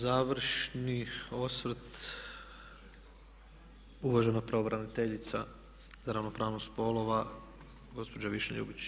Završni osvrt uvažena pravobraniteljica za ravnopravnost spolova gospođa Višnja Ljubičić.